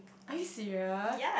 are you serious